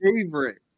Favorite